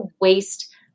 waste